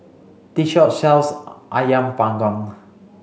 this shop sells Ayam panggang